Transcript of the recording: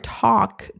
talk